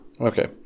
Okay